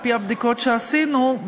על-פי הבדיקות שעשינו,